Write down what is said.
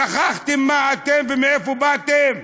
שכחתם מה אתם ומאיפה באתם?